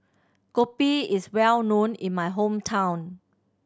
kopi is well known in my hometown